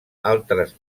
altres